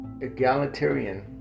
egalitarian